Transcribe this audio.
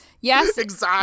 Yes